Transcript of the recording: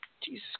Jesus